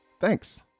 Thanks